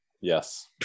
Yes